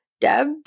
Deb